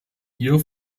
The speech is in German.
hier